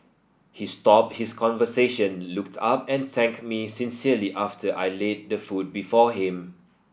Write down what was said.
he stopped his conversation looked up and thanked me sincerely after I laid the food before him